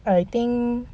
I think